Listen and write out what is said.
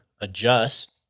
adjust